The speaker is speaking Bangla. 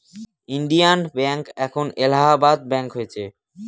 ইন্ডিয়ান ব্যাঙ্ক এখন এলাহাবাদ ব্যাঙ্ক হয়েছে